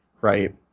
right